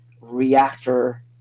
reactor